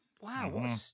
Wow